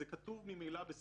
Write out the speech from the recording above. זה כתוב ממילא.